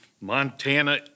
Montana